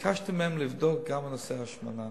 ביקשתי מהם לבדוק גם נושא ההשמנה.